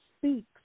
speaks